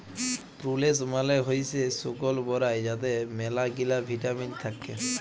প্রুলেস মালে হইসে শুকল বরাই যাতে ম্যালাগিলা ভিটামিল থাক্যে